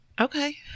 Okay